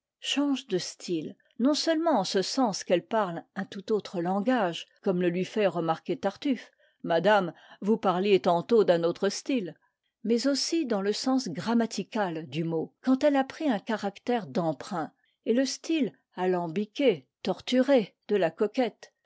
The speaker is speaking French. change de style non seulement en ce sens qu'elle parle un tout autre langage comme le lui fait remarquer tartuffe madame vous parliez tantôt d'un autre style mais aussi dans le sens grammatical du mot quand elle a pris un caractère d'emprunt et le style alambiqué torturé de la coquette